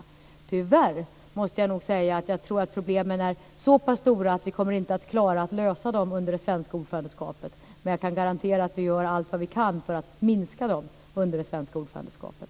Tyvärr måste jag nog säga att jag tror att problemen är så pass stora att vi inte kommer att klara att lösa dem under det svenska ordförandeskapet. Jag kan garantera att vi gör allt vad vi kan för att minska dem under det svenska ordförandeskapet.